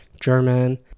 German